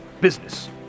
Business